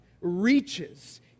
reaches